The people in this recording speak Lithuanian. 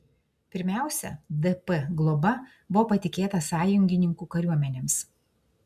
pirmiausia dp globa buvo patikėta sąjungininkų kariuomenėms